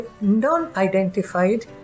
non-identified